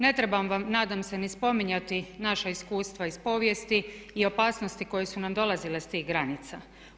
Ne trebam vam nadam se ni spominjati naša iskustva iz povijesti i opasnosti koje su nam dolazile sa tih granica.